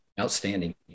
Outstanding